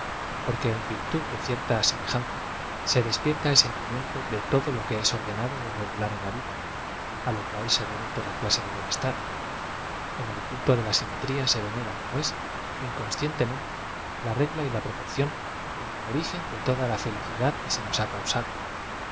porque en v ir tud de cierta semejanza se despierta el sentimiento de todo lo que ea ordenado y regular en la vida á lo cual se debe toda clase de bienestar en el culto de la sim etría se venera pues inconscientemente la regla y la proporción como origen de toda la felicidad que se nos ha causado